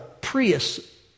Prius